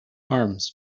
arms